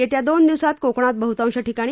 येत्या दोन दिवसांत कोकणात बह्तांश ठिकाणी